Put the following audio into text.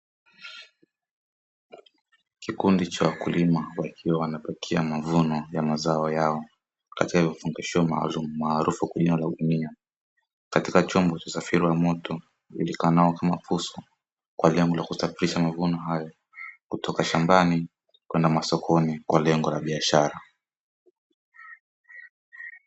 Kikundi cha wakulima wakiwa wanapakia mavuna ya mazao yao, katika vifungashio maalumu maarufu kwa jina la gunia, katika chombo cha usafiri wa moto ujulikanao kama fuso, kwa ajili ya kwenda kusafirishia mavuno hayo, kutoka shambani mpaka masokoni kwa lengo la biashara.